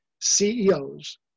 CEOs